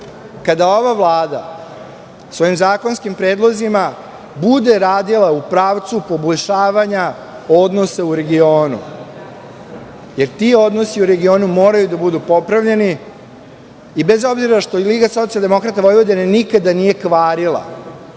kada ova Vlada svojim zakonskim predlozima bude radila u pravcu poboljšavanja odnosa u regionu, jer ti odnosi u regionu moraju da budu popravljeni, bez obzira što Liga socijaldemokrata Vojvodine nikada nije kvarila,